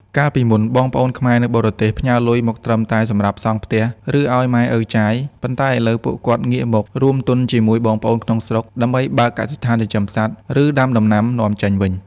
កាលពីមុន បងប្អូនខ្មែរនៅបរទេសផ្ញើលុយមកត្រឹមតែសម្រាប់សង់ផ្ទះ ឬឱ្យម៉ែឪចាយ ប៉ុន្តែឥឡូវពួកគាត់ងាកមក "រួមទុនជាមួយបងប្អូនក្នុងស្រុក" ដើម្បីបើកកសិដ្ឋានចិញ្ចឹមសត្វ ឬដាំដំណាំនាំចេញវិញ។